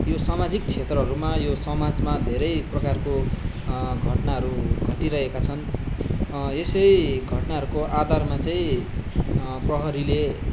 यो सामाजिक क्षेत्रहरूमा यो समाजमा धेरै प्रकारको घटनाहरू घटिरहेका छन् यसै घटनाहरूको आधारमा चाहिँ प्रहरीले